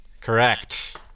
Correct